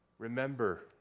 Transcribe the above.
Remember